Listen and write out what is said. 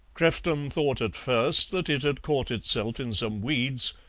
crefton thought at first that it had caught itself in some weeds,